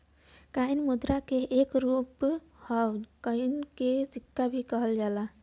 coin मुद्रा क एक रूप हौ कॉइन के सिक्का भी कहल जाला